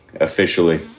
officially